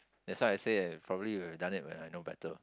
that's why I say probably would have done it when I know better